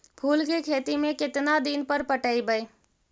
फूल के खेती में केतना दिन पर पटइबै?